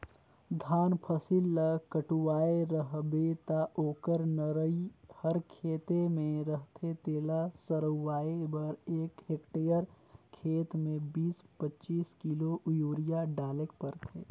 धान फसिल ल कटुवाए रहबे ता ओकर नरई हर खेते में रहथे तेला सरूवाए बर एक हेक्टेयर खेत में बीस पचीस किलो यूरिया डालेक परथे